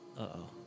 Uh-oh